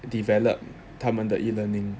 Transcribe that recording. develop 他们的 e-learning